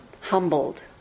humbled